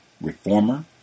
reformer